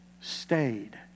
stayed